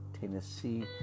Tennessee